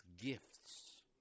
gifts